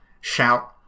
shout